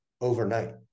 overnight